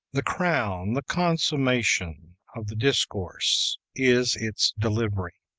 the crown, the consummation, of the discourse is its delivery.